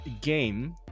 game